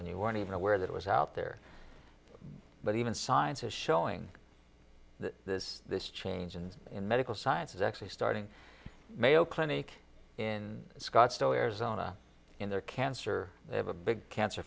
you weren't even aware that was out there but even science is showing that this this change and in medical science is actually starting mayo clinic in scottsdale arizona in their cancer they have a big cancer